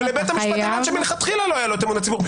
או לבית המשפט העליון שמלכתחילה לא היה לו את אמון הציבור.